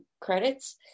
credits